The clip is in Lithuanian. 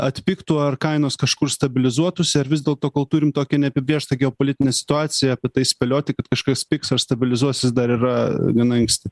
atpigtų ar kainos kažkur stabilizuotųsi ar vis dėlto kol turim tokią neapibrėžtą geopolitinę situaciją apie tai spėlioti kad kažkas pigs ar stabilizuosis dar yra gana anksti